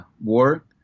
war